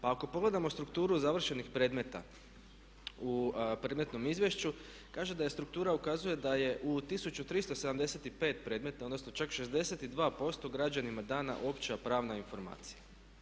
Pa ako pogledamo strukturu završenih predmeta u predmetnom izvješću kaže da struktura ukazuje da je u 1375 predmeta, odnosno čak 62% građanima dana opća pravna informacija.